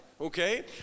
Okay